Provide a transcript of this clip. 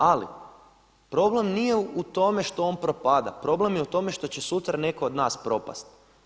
Ali problem nije u tome što on propada, problem je u tome što će sutra netko od nas propast.